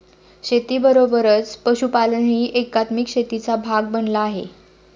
शेतीबरोबरच पशुपालनही एकात्मिक शेतीचा भाग बनला आहे